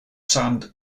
sand